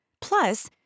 Plus